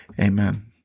Amen